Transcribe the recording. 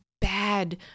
bad